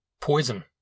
Poison